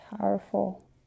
powerful